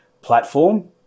platform